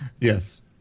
Yes